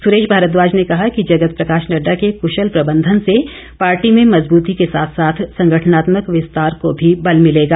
सुरेश भारद्वाज ने कहा कि जगत प्रकाश नड्डा के कुशल प्रबंधन से पार्टी में मजबूती के साथ साथ संगठनात्मक विस्तार को भी बल मिलेगा